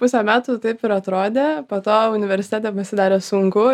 pusę metų taip ir atrodė po to universitete pasidarė sunku